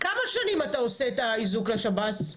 כמה שנים אתה עושה את האיזוק לשב"ס.